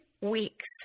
weeks